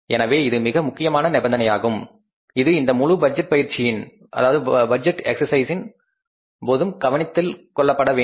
எனவே இது மிகவும் முக்கியமான நிபந்தனையாகும் இது இந்த முழு பட்ஜெட் எக்சர்சைஸ் போதும் கவனித்துக் கொள்ளப்பட வேண்டும்